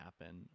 happen